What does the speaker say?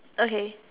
okay